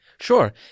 Sure